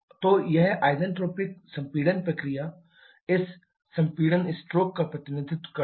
तो यह आइसेट्रोपिक संपीड़न प्रक्रिया इस संपीड़न स्ट्रोक का प्रतिनिधित्व करती है